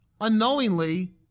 unknowingly